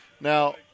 Now-